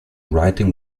writing